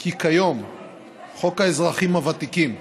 כי כיום חוק האזרחים הוותיקים,